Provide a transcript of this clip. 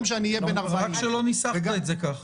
שאני אהיה בן 40. רק שלא ניסחת את זה כך.